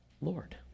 Lord